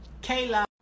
Kayla